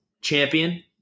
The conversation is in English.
champion